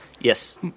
yes